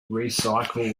recycle